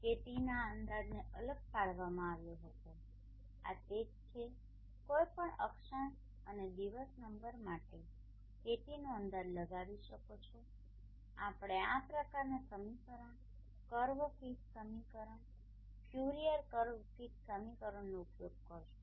KTના અંદાજને અલગ પાડવામાં આવ્યો હતો આ તે જ છે જે આપણે કરવા માંગીએ છીએ અને પછી હવે આપણે મેપmapનકશો કરીએ છીએ કે જ્યાં તમે કોઈપણ અક્ષાંશ અને દિવસ નંબર માટે KTનો અંદાજ લગાવી શકો છો આપણે આ પ્રકારના સમીકરણ કર્વ ફીટ સમીકરણ ફ્યુરિયર કર્વ ફિટ સમીકરણનો ઉપયોગ કરીશું